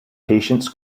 patients